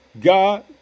God